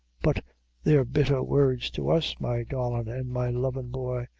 but they're bitther words to us, my darlin' an' my lovin' boy.